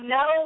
no